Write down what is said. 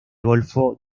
golfo